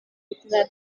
gutindana